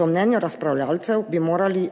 Po mnenju razpravljavcev bi morali